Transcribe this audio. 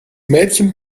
mädchen